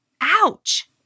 Ouch